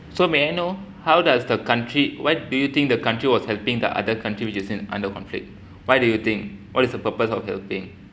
so may I know how does the country what do you think the country was helping the other country which is in under conflict why do you think what is the purpose of helping